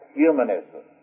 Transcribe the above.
humanism